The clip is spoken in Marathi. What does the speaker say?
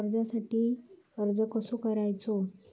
कर्जासाठी अर्ज कसो करायचो?